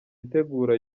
itegura